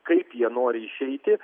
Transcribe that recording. kaip jie nori išeiti